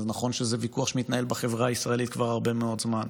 וזה נכון שזה ויכוח שמתנהל בחברה הישראלית כבר הרבה מאוד זמן,